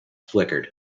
flickered